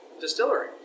distillery